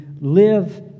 live